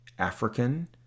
African